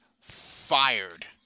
fired